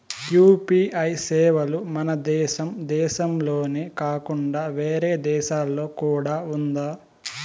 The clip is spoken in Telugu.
యు.పి.ఐ సేవలు మన దేశం దేశంలోనే కాకుండా వేరే దేశాల్లో కూడా ఉందా?